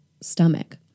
stomach